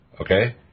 okay